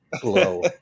glow